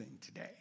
today